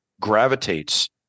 gravitates